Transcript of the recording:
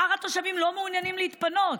שאר התושבים לא מעוניינים להתפנות.